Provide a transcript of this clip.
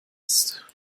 ist